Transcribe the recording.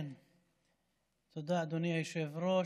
תודה, אדוני היושב-ראש.